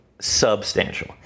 substantial